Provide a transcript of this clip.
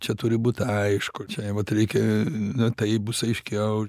čia turi būt aišku čia vat reikia ne taip bus aiškiau